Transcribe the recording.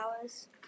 hours